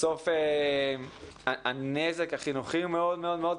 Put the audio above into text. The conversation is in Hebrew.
בסוף הנזק החינוכי הוא מאוד מאוד מאוד כבד,